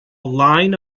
line